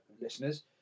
listeners